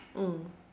mm